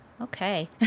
Okay